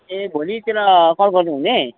ए भोलीतिर कल गर्नुहुने